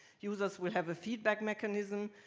users will have a feedback mechanism.